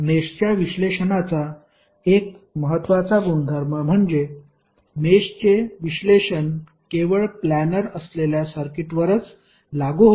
मेषच्या विश्लेषणाचा एक महत्त्वाचा गुणधर्म म्हणजे मेषचे विश्लेषण केवळ प्लानर असलेल्या सर्किटवरच लागू होते